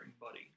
buddy